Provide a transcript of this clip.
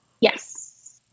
Yes